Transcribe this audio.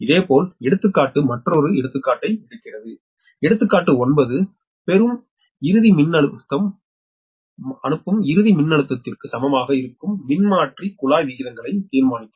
இதேபோல் எடுத்துக்காட்டு மற்றொரு எடுத்துக்காட்டை எடுக்கிறது எடுத்துக்காட்டு 9 பெறும் இறுதி மின்னழுத்தம் அனுப்பும் இறுதி மின்னழுத்தத்திற்கு சமமாக இருக்கும்போது மின்மாற்றி குழாய் விகிதங்களை தீர்மானிக்கவும்